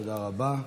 תודה רבה.